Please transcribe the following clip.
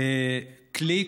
קליק,